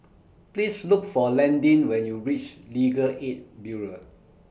Please Look For Landyn when YOU REACH Legal Aid Bureau